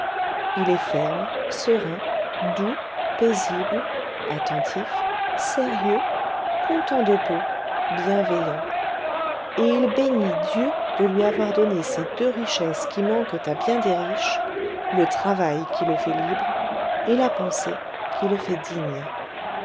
il est ferme serein doux paisible attentif sérieux content de peu bienveillant et il bénit dieu de lui avoir donné ces deux richesses qui manquent à bien des riches le travail qui le fait libre et la pensée qui le fait digne